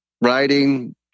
writing